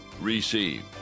receive